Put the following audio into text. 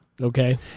Okay